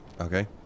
Okay